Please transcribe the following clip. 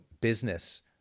business